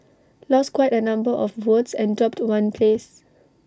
lost quite A number of votes and dropped one place